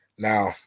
Now